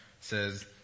says